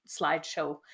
slideshow